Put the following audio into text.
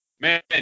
Man